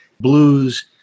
blues